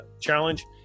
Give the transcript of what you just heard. challenge